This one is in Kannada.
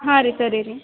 ಹಾಂ ರೀ ಸರಿ ರೀ